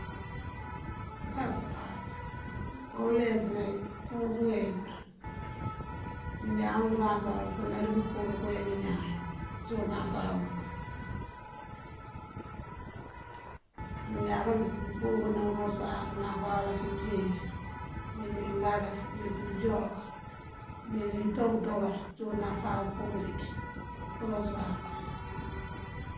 Urazuwar, koowí uleempëná wí, pëëmpunk uweel. Unjáwunk urazuwar apënari pëëmpunk uweel iñaan, cíwun unáfá uwël. Unjáaţ kowí pëëmpuna urazuwar náfá wí ací bëëbeen. Been dí imbakáaţ, dí bëënjúwak dí intokëtokan cíwun ináfá pur injí urazuwar.